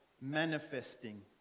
manifesting